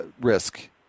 risk